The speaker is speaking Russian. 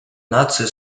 нации